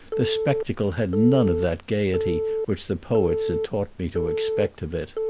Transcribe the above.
the spectacle had none of that gayety which the poets had taught me to expect of it.